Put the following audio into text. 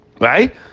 Right